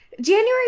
January